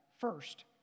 first